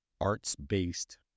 arts-based